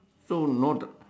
so note